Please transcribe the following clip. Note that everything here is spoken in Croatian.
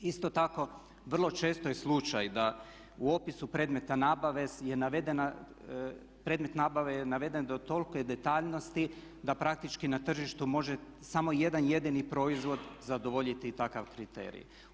Isto tako vrlo često je slučaj da u opisu predmeta nabave je navedena, predmet nabave je naveden do tolike detaljnosti da praktički na tržištu može samo jedan jedini proizvod zadovoljiti takav kriterij.